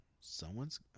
someone's